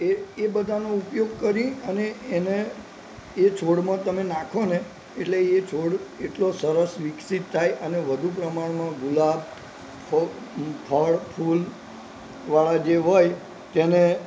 એ એ બધાનો ઉપયોગ ઉપયોગ કરી અને એને એ છોડમાં તમે નાખો ને એટલે એ છોડ એટલો સરસ વિકસિત થાય અને વધું પ્રમાણમાં ગુલાબ ફળ ફૂલ વાળા જે હોય તેને